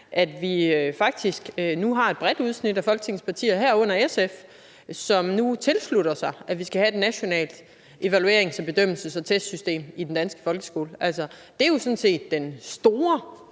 at der faktisk nu er et bredt udsnit af folketingets partier, herunder SF, som nu tilslutter sig, at vi skal have et nationalt evaluerings- og bedømmelses- og testsystem i den danske folkeskole. Altså, det er jo sådan set den store